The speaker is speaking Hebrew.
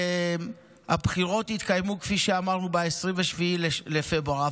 וכפי שאמרנו, הבחירות יתקיימו ב-27 בפברואר.